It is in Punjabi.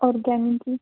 organic he